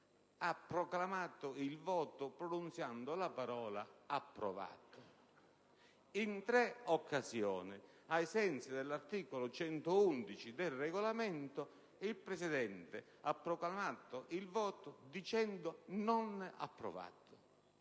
ha proclamato il voto pronunziando la parola: approvato. In tre occasioni, ai sensi dell'articolo 111 del Regolamento, la Presidente ha proclamato il voto dicendo: non approvato.